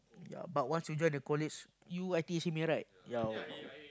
ya but once we join the college you I_T_E-Simei right yeah